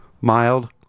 mild